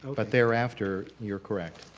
but thereafter you're correct.